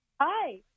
Hi